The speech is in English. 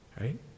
Right